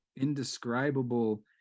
indescribable